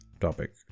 topic